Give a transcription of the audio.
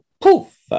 poof